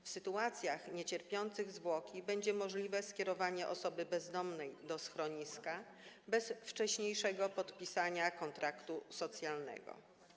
W sytuacjach niecierpiących zwłoki będzie możliwe skierowanie osoby bezdomnej do schroniska bez wcześniejszego podpisania kontraktu socjalnego.